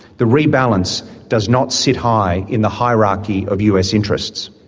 the rebalance does not sit high in the hierarchy of us interests.